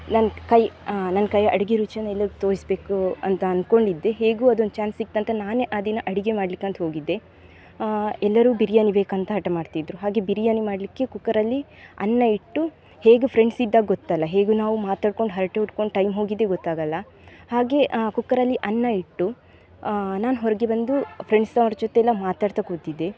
ನನ್ನ ಕೈ ನನ್ನ ಕೈ ಅಡಿಗೆ ರುಚಿನ ಎಲ್ಲರಿಗೆ ತೋರಿಸಬೇಕು ಅಂತ ಅಂದ್ಕೊಂಡಿದ್ದೆ ಹೇಗೋ ಅದೊಂದು ಚಾನ್ಸ್ ಸಿಕ್ತಂತ ನಾನೇ ಆ ದಿನ ಅಡಿಗೆ ಮಾಡ್ಲಿಕ್ಕಂತ ಹೋಗಿದ್ದೆ ಎಲ್ಲರೂ ಬಿರಿಯಾನಿ ಬೇಕಂತ ಹಠ ಮಾಡ್ತಿದ್ದರು ಹಾಗೇ ಬಿರಿಯಾನಿ ಮಾಡಲಿಕ್ಕೆ ಕುಕ್ಕರಲ್ಲಿ ಅನ್ನ ಇಟ್ಟು ಹೇಗೂ ಫ್ರೆಂಡ್ಸ್ ಇದ್ದಾಗ ಗೊತ್ತಲ್ಲ ಹೇಗೂ ನಾವು ಮಾತಾಡ್ಕೊಂಡು ಹರಟೆ ಹೊಡ್ಕೊಂಡು ಟೈಮ್ ಹೋಗಿದ್ದೆ ಗೊತ್ತಾಗಲ್ಲ ಹಾಗೇ ಕುಕ್ಕರಲ್ಲಿ ಅನ್ನ ಇಟ್ಟು ನಾನು ಹೊರಗೆ ಬಂದು ಫ್ರೆಂಡ್ಸ್ನವ್ರ ಜೊತೆಯೆಲ್ಲ ಮಾತಾಡ್ತಾ ಕೂತಿದ್ದೆ